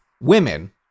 women